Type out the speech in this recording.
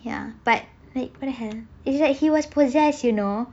ya but like what the hell it's like he was possessed you know